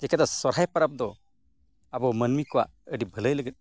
ᱪᱤᱠᱟᱹᱛᱮ ᱥᱚᱦᱚᱨᱟᱭ ᱯᱚᱨᱚᱵᱽ ᱫᱚ ᱟᱵᱚ ᱢᱟᱹᱱᱢᱤ ᱠᱚᱣᱟᱜ ᱟᱹᱰᱤ ᱵᱷᱟᱹᱞᱟᱹᱭ ᱞᱟᱹᱜᱤᱫ